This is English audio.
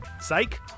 psych